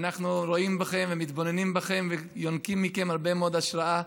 שאנחנו רואים בכם ומתבוננים בכם ויונקים מכם הרבה מאוד השראה,